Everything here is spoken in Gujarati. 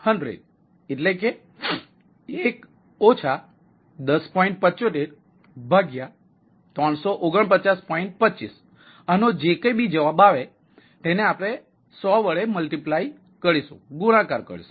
92 જેટલી ટકાવારી ઉપલબ્ધ છે